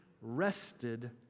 rested